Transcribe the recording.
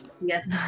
Yes